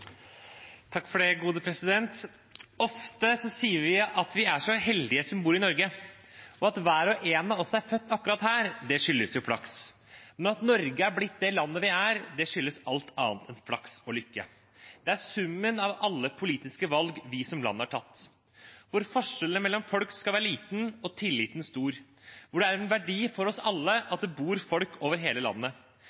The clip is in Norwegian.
at vi er så heldige som bor i Norge. At hver og en av oss er født akkurat her, skyldes jo flaks, men at Norge er blitt det landet det er, skyldes alt annet en flaks og lykke. Det skyldes summen av alle politiske valg vi som land har tatt – hvor forskjellen mellom folk skal være liten og tilliten stor, hvor det er en verdi for oss alle